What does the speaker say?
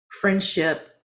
friendship